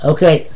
Okay